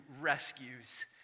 rescues